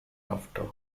after